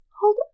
Hold